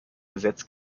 gesetz